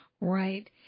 Right